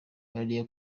buriya